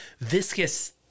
viscous